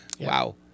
Wow